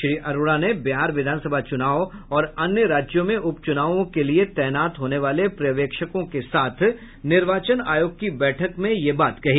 श्री अरोड़ा ने बिहार विधानसभा चुनाव और अन्य राज्यों में उपचुनावों के लिए तैनात होने वाले पर्यवेक्षकों के साथ निर्वाचन आयोग की बैठक में यह बात कही